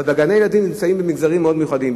אבל בגני-הילדים נמצאים ממגזרים מאוד מיוחדים.